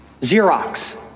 Xerox